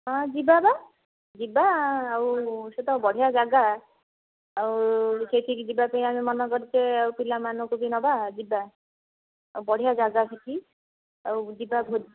ହଁ ଯିବା ପା ଯିବା ଆଉ ସେତ ବଢ଼ିଆ ଜାଗା ଆଉ ସେଇଠିକି ଯିବାପାଇଁ ଆମେ ମନ କରିଛେ ଆଉ ପିଲାମାନଙ୍କୁ ବି ନେବା ଯିବା ଆଉ ବଢ଼ିଆ ଜାଗା ସେଇଠି ଆଉ ଯିବା